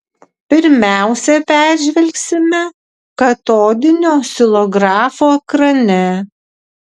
pirmiausia peržvelgsime katodinio oscilografo ekrane